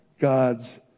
God's